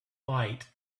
light